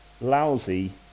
Lousy